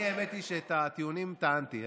האמת היא שאת הטיעונים טענתי,